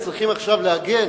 צריכים עכשיו להגן